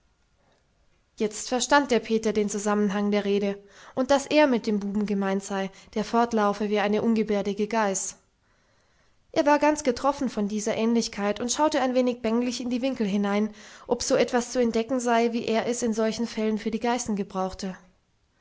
jetzt verstand der peter den zusammenhang der rede und daß er mit dem buben gemeint sei der fortlaufe wie eine ungebärdige geiß er war ganz getroffen von dieser ähnlichkeit und schaute ein wenig bänglich in die winkel hinein ob so etwas zu entdecken sei wie er es in solchen fällen für die geißen gebrauchte